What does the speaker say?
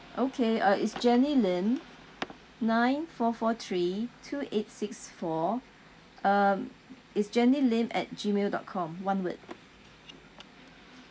okay uh it's jenny lim nine four four three two eight six four um it's jenny lim at gmail dot com one word